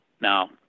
now